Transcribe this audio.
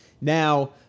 Now